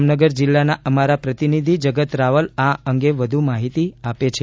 જામનગર જિલ્લાના અમારા પ્રતિનિધિ જગત રાવલ આ અંગે વધુ માહિતી આપે છે